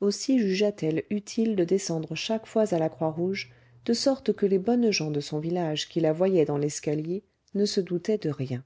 aussi jugea t elle utile de descendre chaque fois à la croix rouge de sorte que les bonnes gens de son village qui la voyaient dans l'escalier ne se doutaient de rien